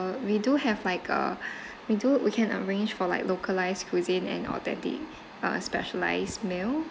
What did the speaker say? uh we do have like a we do we can arrange for like localized cuisine and authentic uh specialized meal